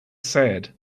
sad